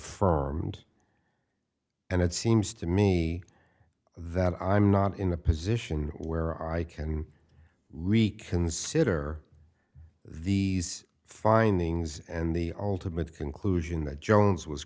firmed and it seems to me that i'm not in a position where i can reconsider the findings and the ultimate conclusion that jones was